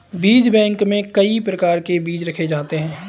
बीज बैंक में कई प्रकार के बीज रखे जाते हैं